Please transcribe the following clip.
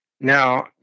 Now